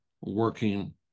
working